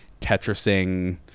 tetrising